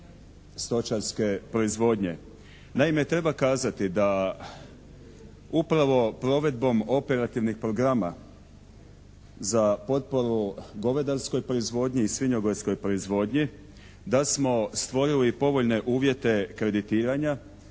stočarske proizvodnje. Naime, treba kazati da upravo provedbom operativnih programa za potporu govedarskoj proizvodnju i svinjogojskoj proizvodnji da smo stvorili povoljne uvjete kreditiranja,